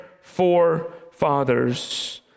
forefathers